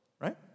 right